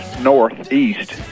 northeast